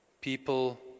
people